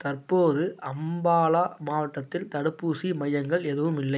தற்போது அம்பாலா மாவட்டத்தில் தடுப்பூசி மையங்கள் எதுவும் இல்லை